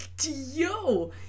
yo